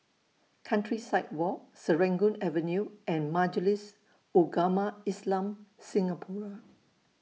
Countryside Walk Serangoon Avenue and Majlis Ugama Islam Singapura